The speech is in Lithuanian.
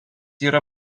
yra